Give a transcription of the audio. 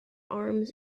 arms